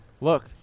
Look